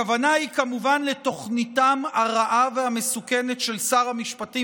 הכוונה היא כמובן לתוכניתם הרעה והמסוכנת של שר המשפטים